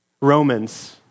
Romans